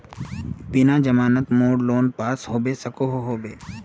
बिना जमानत मोर लोन पास होबे सकोहो होबे?